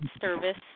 service